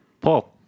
Paul